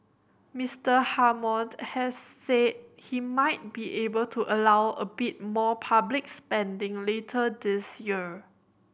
Mister Hammond has said he might be able to allow a bit more public spending later this year